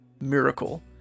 miracle